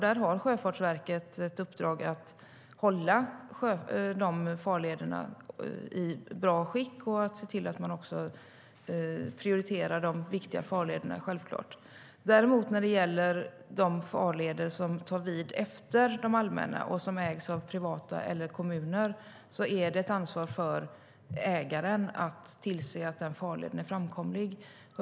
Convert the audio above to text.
Där har Sjöfartsverket ett uppdrag att hålla dessa farleder i ett bra skick och också se till att de viktiga farlederna prioriteras. Däremot, när det gäller de farleder som tar vid efter de allmänna och som är privat ägda eller ägs av kommuner, är det ett ansvar för ägaren att tillse att dessa farleder är framkomliga.